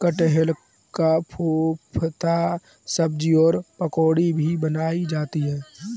कटहल का कोफ्ता सब्जी और पकौड़ी भी बनाई जाती है